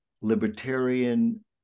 libertarian